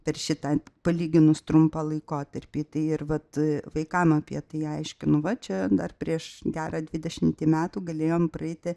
per šitą palyginus trumpą laikotarpį tai ir vat vaikam apie tai aiškinu va čia dar prieš gerą dvidešimtį metų galėjom praeiti